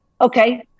Okay